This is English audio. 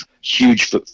huge